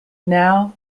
now